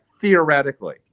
theoretically